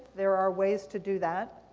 there are ways to do that,